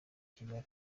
kigali